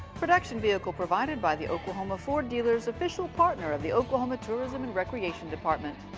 production vehicle provided by the oklahoma ford dealers. official partner of the oklahoma tourism and recreation department.